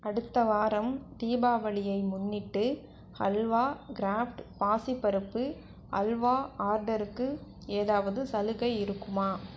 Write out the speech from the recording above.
அடுத்த வாரம் தீபாவளியை முன்னிட்டு ஹல்வா கிராஃப்ட் பாசிப்பருப்பு அல்வா ஆர்டருக்கு ஏதாவது சலுகை இருக்குமா